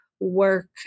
work